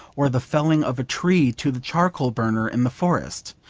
or the felling of a tree to the charcoal burner in the forest,